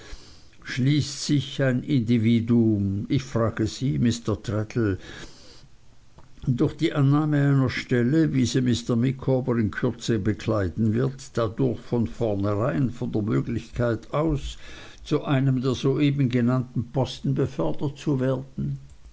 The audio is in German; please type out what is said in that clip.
schließt sich ein individuum ich frage sie mr traddles durch die annahme einer stelle wie sie mr micawber in kürze bekleiden wird dadurch von vorneherein von der möglichkeit aus zu einem der soeben genannten posten befördert zu werden